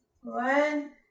One